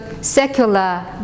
secular